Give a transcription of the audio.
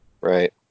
Right